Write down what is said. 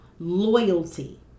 Loyalty